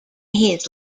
his